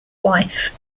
wife